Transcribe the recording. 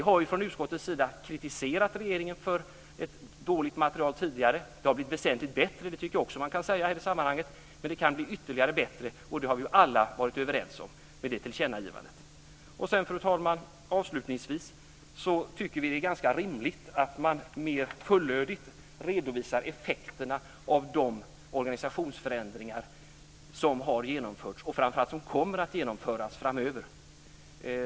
Vi har från utskottets sida tidigare kritiserat regeringen för ett dåligt material. Det har blivit väsentligt bättre. Det tycker jag också att man kan säga i det här sammanhanget. Men det kan bli ytterligare bättre, och det har vi alla varit överens om med tillkännagivandet. Fru talman! Avslutningsvis tycker vi att det är ganska rimligt att man mer fullödigt redovisar effekterna av de organisationsförändringar som har genomförts och framför allt av de som kommer att genomföras framöver.